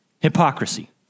Hypocrisy